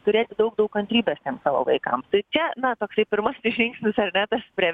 turėti daug daug kantrybės tiem savo vaikam tai čia na tai pirmasis žingsnis ar ne tas prie